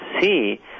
see